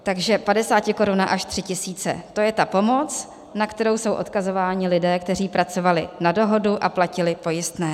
Takže padesátikoruna až 3 tisíce, to je ta pomoc, na kterou jsou odkazováni lidé, kteří pracovali na dohodu a platili pojistné.